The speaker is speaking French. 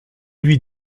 lui